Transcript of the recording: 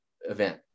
event